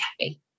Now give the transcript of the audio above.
okay